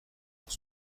pour